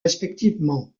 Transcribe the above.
respectivement